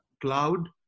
Cloud